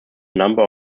number